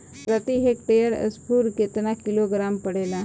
प्रति हेक्टेयर स्फूर केतना किलोग्राम पड़ेला?